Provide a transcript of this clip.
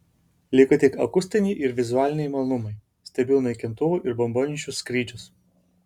liko tik akustiniai ir vizualiniai malonumai stebiu naikintuvų ir bombonešių skrydžius